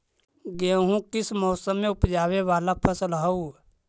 गेहूं किस मौसम में ऊपजावे वाला फसल हउ?